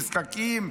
נזקקים,